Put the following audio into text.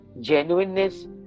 genuineness